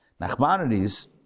Nachmanides